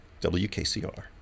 WKCR